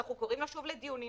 אנחנו קוראים לו שוב לדיונים,